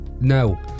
No